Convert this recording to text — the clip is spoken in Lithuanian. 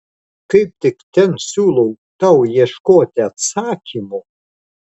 kaip tik ten siūlau tau ieškoti atsakymo